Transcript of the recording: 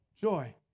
Joy